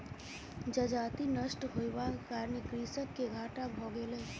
जजति नष्ट होयबाक कारणेँ कृषक के घाटा भ गेलै